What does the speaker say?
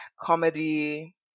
comedy